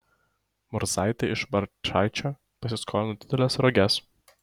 murzaitė iš barčaičio pasiskolino dideles roges